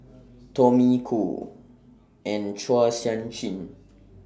Tommy Koh and Chua Sian Chin